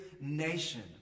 nation